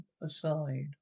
aside